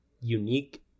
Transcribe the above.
Unique